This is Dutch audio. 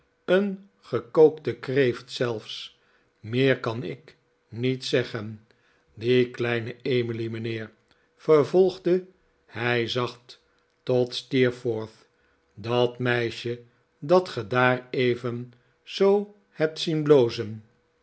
een gekookte kreeft zelfs meer kan ik niet zeggen die kleine emily mijnheer vervolgde hij zacht tot steerforth dat meisje dat ge daareven zoo hebt zien blozen